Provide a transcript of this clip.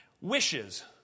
wishes